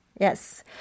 Yes